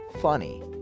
funny